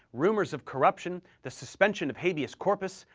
rumors of corruption, the suspension of habeas corpus,